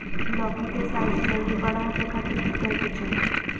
लौकी के साइज जल्दी बड़ा होबे खातिर की करे के चाही?